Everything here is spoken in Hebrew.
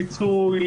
פיצוי,